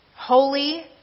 holy